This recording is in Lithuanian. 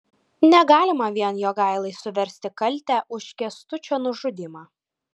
negalima vien jogailai suversti kaltę už kęstučio nužudymą